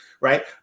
right